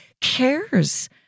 cares